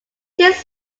this